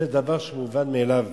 זה דבר שהוא מובן מאליו.